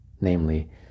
namely